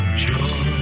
joy